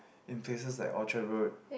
in places like Orchard Road